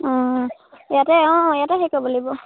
অঁ ইয়াতে অঁ ইয়াতে হেৰি কৰিব লাগিব